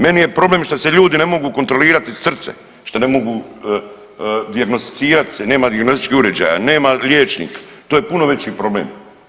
Meni je problem što se ljudi ne mogu kontrolirati srce, što ne mogu dijagnosticirat se, nema dijagnostičkih uređaja, nema liječnik to je puno veći problem.